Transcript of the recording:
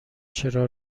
چرا